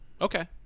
okay